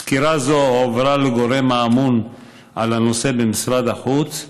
סקירה זו הועברה לגורם הממונה על הנושא במשרד החוץ,